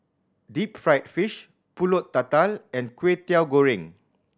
deep fried fish Pulut Tatal and Kwetiau Goreng